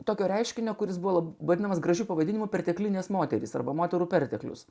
tokio reiškinio kuris buvo vadinamas gražiu pavadinimu perteklinės moterys arba moterų perteklius